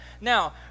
Now